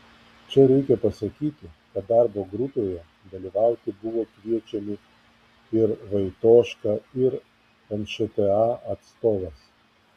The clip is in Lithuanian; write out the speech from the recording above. čia reikia pasakyti kad darbo grupėje dalyvauti buvo kviečiami ir vaitoška ir nšta atstovas